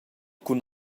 cun